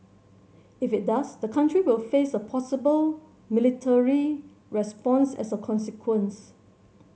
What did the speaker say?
if it does the country will face a possible military response as a consequence